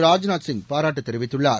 ராஜ்நாத் சிங் பாராட்டு தெரிவித்துள்ளார்